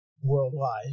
worldwide